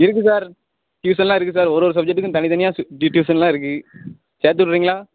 இருக்குது சார் டியூஷன்லாம் இருக்குது சார் ஒரு ஒரு சப்ஜெக்ட்டுக்கும் தனி தனியாக சு ஹிந்தி டியூஷன்லாம் இருக்குது சேர்த்து விட்றீங்களா